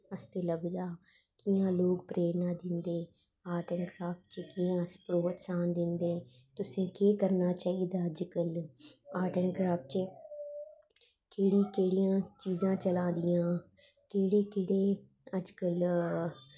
आस्तै लभदा कि हां लोग प्रेरणां दिंदे आर्ट एंड क्राफ्ट च कि'यां अस प्रोत्साहन दिंदे तुसें केह् करना चाहिदा अज्जकल आर्ट एंड क्राफ्ट च केह्ड़ी केह्ड़ियां चीजां चला दियां केह्ड़े केह्ड़े अज्ज कल